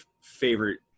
favorite